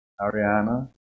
Ariana